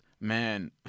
man